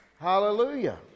Hallelujah